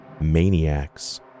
maniacs